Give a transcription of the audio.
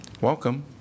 Welcome